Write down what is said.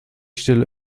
stelle